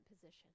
position